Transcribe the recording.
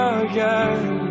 again